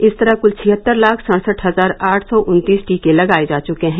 इस तरह कुल छिहत्तर लाख सड़सठ हजार आठ सौ उन्तीस टीके लगाए जा चुके हैं